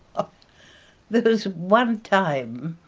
ah there was one time,